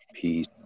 peace